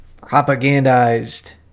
propagandized